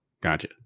Gotcha